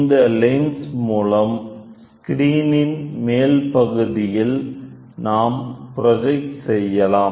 இந்த லென்ஸ் மூலம் ஸ்க்ரீனின் மேல் பகுதியில் நாம் ப்ரொஜெக்ட் செய்யலாம்